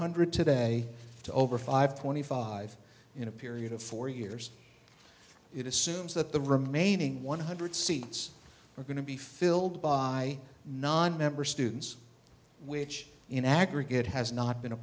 hundred today to over five twenty five in a period of four years it assumes that the remaining one hundred seats are going to be filled by nonmember students which in aggregate has not been a